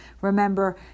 remember